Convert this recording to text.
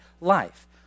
life